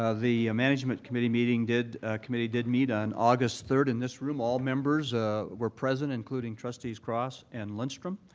ah the management committee meeting did committee did meet on august third in this room. all members ah were present, including trustees cross and lindstrom.